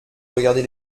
regarder